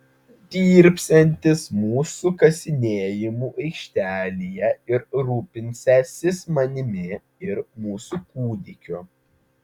dirbsiantis mūsų kasinėjimų aikštelėje ir rūpinsiąsis manimi ir mūsų kūdikiu